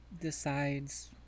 decides